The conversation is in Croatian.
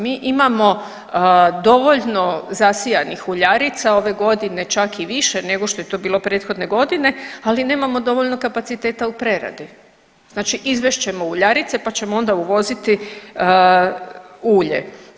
Mi imamo dovoljno zasijanih uljarica, ove godine čak i više nego to je to bilo prethodne godine, ali nemamo dovoljno kapaciteta u preradi, znači izvest ćemo uljarice pa ćemo onda uvoziti ulje.